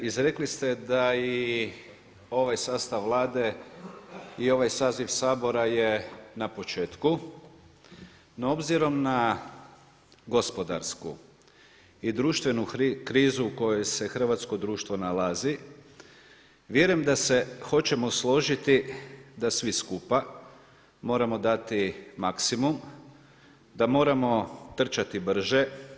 Izrekli ste da i ovaj sastav Vlade i ovaj saziv Sabora je na početku, no obzirom na gospodarsku i društvenu krizu u kojoj se hrvatsko društvo nalazi, vjerujem da se hoćemo složiti da svi skupa moramo dati maksimum, da moramo trčati brže.